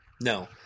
no